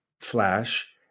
flash